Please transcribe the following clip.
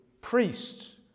priests